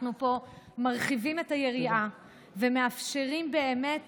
אנחנו פה מרחיבים את היריעה ומאפשרים באמת